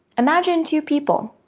imagine two people.